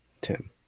Tim